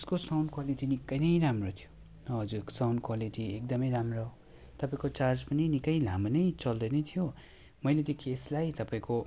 त्यसको sound quality निक्कै नै राम्रो थियो हजुर साउन्ड क्वालिटी एकदमै राम्रो तपाईँको चार्ज पनि निकै लामो नै चल्दै नै थियो मैले त्यो केसलाई तपाईँको